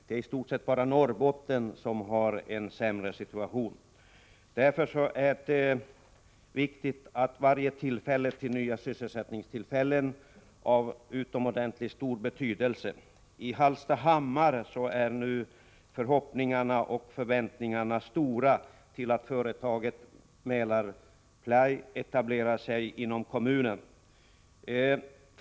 Det är i stort sett bara Norrbotten som har en sämre situation. Därför är varje möjlighet till nya sysselsättningstillfällen av utomordentligt stor betydelse. I Hallstahammar är nu förhoppningarna och förväntningarna stora inför en etablering av Mälarply inom kommunen.